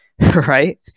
Right